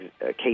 case